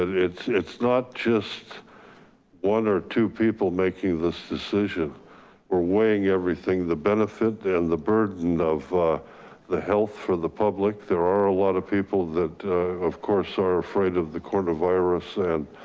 it's it's not just one or two people making this decision or weighing everything, the benefit and the burden of the health for the public. there are a lot of people that of course are afraid of the coronavirus and